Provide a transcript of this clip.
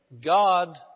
God